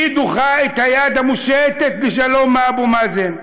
היא דוחה את היד המושטת לשלום מאבו מאזן,